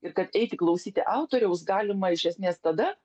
ir kad eiti klausyti autoriaus galima iš esmės tada